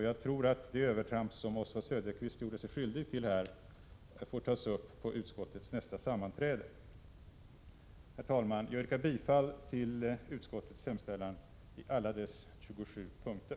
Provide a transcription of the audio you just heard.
Jag tror att det övertramp som Oswald Söderqvist här gjorde sig skyldig till får tas upp på utskottets nästa sammanträde. Jag yrkar bifall till utskottets hemställan i alla dess 27 punkter.